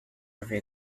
every